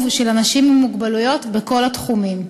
של אנשים עם מוגבלויות בכל התחומים.